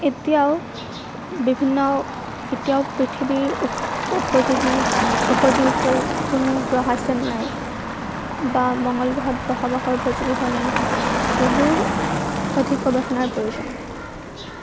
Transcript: এতিয়াও বিভিন্ন এতিয়াও পৃথিৱীৰ উপযোগী উপযোগীকৈ কোনো গ্ৰহ আছেনে নাই বা মঙ্গল গ্ৰহত বসবাসৰ উপযোগী হয় নে নহয় এইবোৰ অধিক গৱেষণাৰ প্ৰয়োজন